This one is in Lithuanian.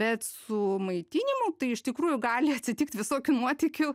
bet su maitinimu tai iš tikrųjų gali atsitikti visokių nuotykių